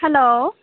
hello